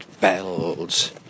bells